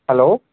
hello